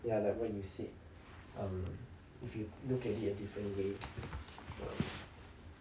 ya like what you said um if you look at it a different way um